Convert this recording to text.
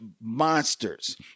monsters